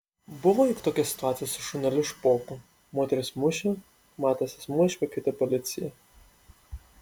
buvo juk tokia situacija su šuneliu špoku moteris mušė matęs asmuo iškvietė policiją